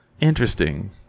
interesting